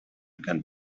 can’t